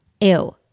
ew